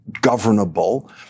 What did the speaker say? governable